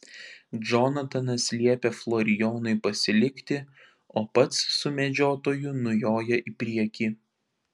džonatanas liepia florijonui pasilikti o pats su medžiotoju nujoja į priekį